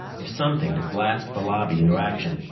if something could blast the lobby into action,